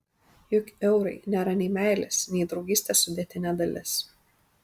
juk eurai nėra nei meilės nei draugystės sudėtinė dalis